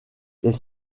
les